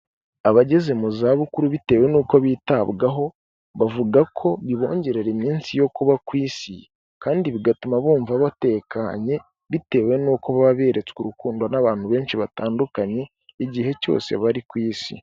Abageze mu zabukuru bitewe n'uko bitabwaho bavuga ko bibongerera iminsi yo kuba ku isi kandi bigatuma bumva batekanye bitewe n'uko baba beretswe urukundo n'abantu benshi batandukanye igihe cyose bari ku Isi.